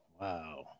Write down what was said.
Wow